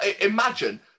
imagine